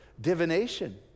divination